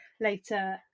later